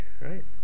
right